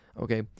okay